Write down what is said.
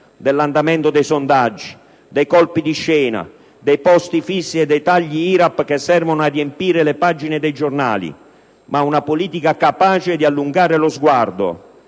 dell'andamento dei sondaggi, dei colpi di scena, dei posti fissi e dei tagli IRAP, che servono a riempire le pagine dei giornali, ma capace di allungare lo sguardo